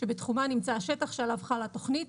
שבתחומה נמצא השטח שעליו חלה התכנית,